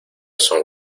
son